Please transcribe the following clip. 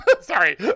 Sorry